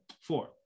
Four